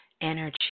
energy